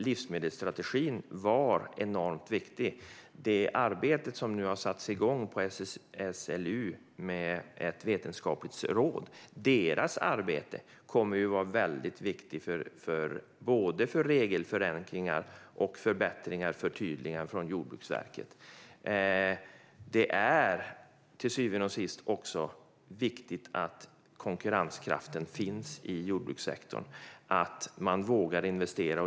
Livsmedelsstrategin är enormt viktig, och det arbete som har satts igång i SLU:s vetenskapsråd kommer att vara viktigt för regelförenklingar, förbättringar och förtydliganden från Jordbruksverket. Till syvende och sist är det viktigt att konkurrenskraften finns i jordbrukssektorn och att man vågar investera.